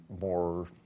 more